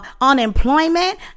unemployment